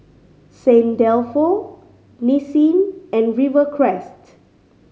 Saint Dalfour Nissin and Rivercrest